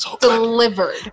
delivered